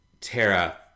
Tara